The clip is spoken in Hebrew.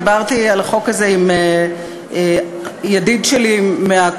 דיברתי על החוק הזה עם ידיד שלי מהקואליציה